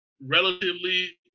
relatively